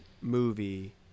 movie